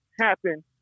happen